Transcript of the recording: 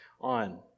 on